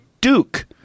Duke